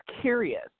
curious